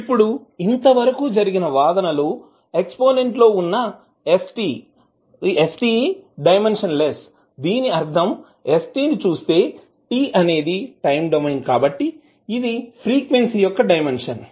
ఇప్పుడు ఇంతవరకు జరిగిన వాదనలో ఎక్స్పోనెంట్ లో వున్నా st డైమెన్షన్ లెస్ దీని అర్థం st ని చూస్తే t అనేది టైం డొమైన్ కాబట్టి ఇది ఫ్రీక్వెన్సీ యొక్క డైమెన్షన్